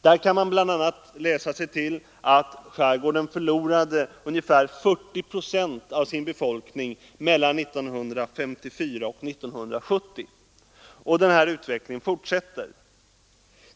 I den utredningen kan man läsa att skärgården förlorade ungefär 40 procent av sin befolkning mellan 1954 och 1970. Och den utvecklingen fortsätter.